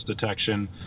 detection